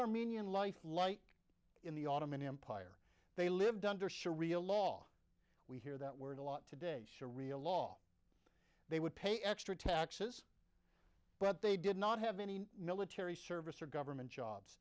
armenian life light in the autumn an empire they lived under sharia law we hear that word a lot today shari'a law they would pay extra taxes but they did not have any military service or government jobs